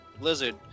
blizzard